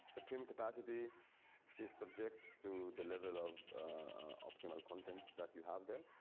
supreme capacity is subject to the level of optimal content that you have there.